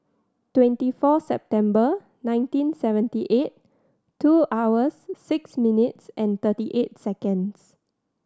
twenty four September nineteen seventy eight two hours six minutes and thirty eight seconds